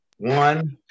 one